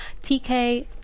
TK